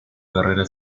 carrera